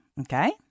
okay